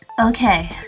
Okay